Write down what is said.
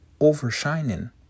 overshining